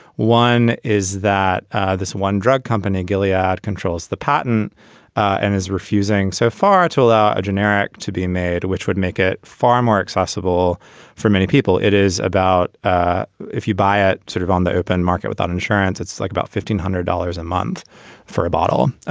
one is that this one drug company, gilliard, controls the patent and is refusing so far to allow a a generic to be made, which would make it far more accessible for many people. it is about ah if you buy it sort of on the open market without insurance. it's like about fifteen hundred dollars a month for a bottle,